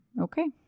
Okay